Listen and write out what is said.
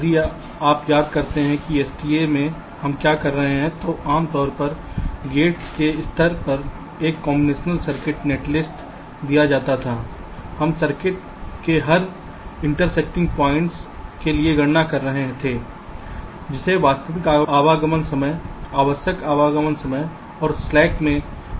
यदि आप याद करते हैं कि STA में हम क्या कर रहे थे तो आमतौर पर गेट्स के स्तर पर एक कॉम्बीनेशन सर्किट नेटलिस्ट दिया जाता था हम सर्किट के हर इंटरसेक्टिंग पॉइंट्स के लिए गणना कर रहे थे जिसे वास्तविक आगमन समय आवश्यक आगमन समय और स्लैक में अंतर कहा जाता है